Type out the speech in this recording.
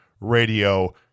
radio